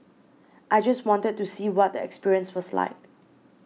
I just wanted to see what the experience was like